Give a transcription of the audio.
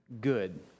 good